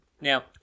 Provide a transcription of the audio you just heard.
Now